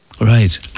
Right